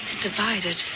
divided